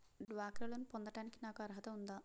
డ్వాక్రా లోన్ పొందటానికి నాకు అర్హత ఉందా?